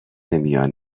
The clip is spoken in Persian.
میان